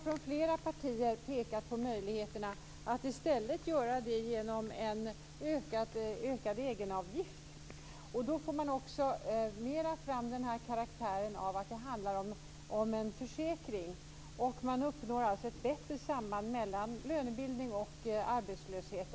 Från flera partier har vi pekat på möjligheterna att i stället göra det genom en ökad egenavgift. Då får man mera fram karaktären av försäkring. Man uppnår alltså ett bättre samband mellan lönebildning och arbetslöshet.